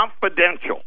confidential